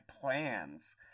plans